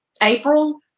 April